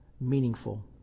meaningful